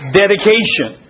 dedication